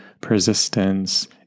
persistence